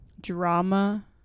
drama